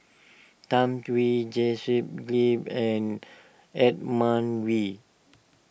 Tham Yui Joseph wave and Edmund Wee